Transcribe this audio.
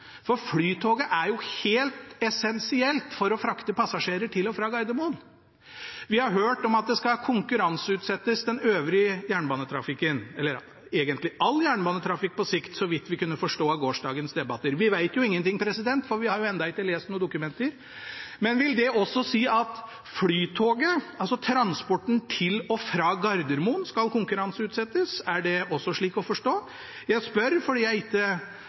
gjelder Flytoget i den kommende jernbanereformen. Flytoget er jo helt essensielt for å frakte passasjerer til og fra Gardermoen. Vi har hørt at den øvrige jernbanetrafikken skal konkurranseutsettes – egentlig all jernbanetrafikk på sikt, så vidt vi kunne forstå av gårsdagens debatter. Vi vet ingenting, for vi har jo ennå ikke lest noen dokumenter. Men vil det også si at Flytoget, altså transporten til og fra Gardermoen, skal konkurranseutsettes – er det slik å forstå? Jeg spør fordi jeg ikke